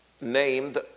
named